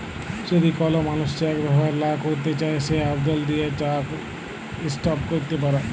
যদি কল মালুস চ্যাক ব্যাভার লা ক্যইরতে চায় সে আবদল দিঁয়ে চ্যাক ইস্টপ ক্যইরতে পারে